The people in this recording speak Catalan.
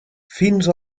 fins